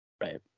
Right